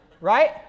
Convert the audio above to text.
Right